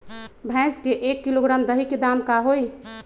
भैस के एक किलोग्राम दही के दाम का होई?